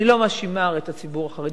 אני לא מאשימה הרי את הציבור החרדי,